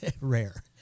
rare